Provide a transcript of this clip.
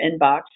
inbox